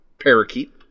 Parakeet